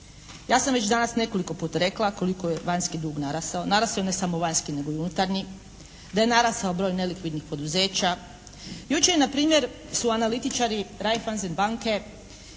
Ja sam već danas nekoliko puta rekla koliko je vanjski dug narastao. Narastao je ne samo vanjski, nego i unutarnji, da je narastao broj nelikvidnih poduzeća. Jučer je npr. su analitičari Raifaisen banke